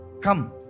Come